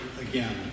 again